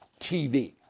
TV